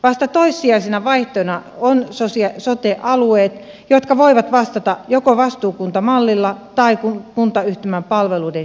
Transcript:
vasta toissijaisena vaihtoehtona ovat sote alueet jotka voivat vastata joko vastuukuntamallilla tai kuntayhtymänä palveluiden järjestämisestä